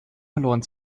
verloren